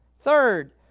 Third